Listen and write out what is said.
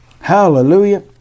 Hallelujah